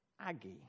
Aggie